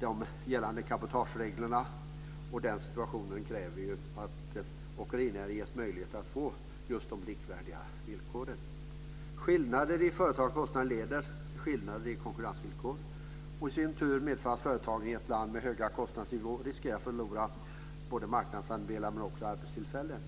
De gällande cabotagereglerna har redan nämnts här, och den situationen kräver att åkerinäringen ges möjlighet att få just likvärdiga villkor. Skillnader i företagens kostnader leder till skillnader i konkurrensvillkor, vilket i sin tur medför att företagen i ett land med hög kostnadsnivå riskerar att förlora marknadsandelar och därmed också arbetstillfällen.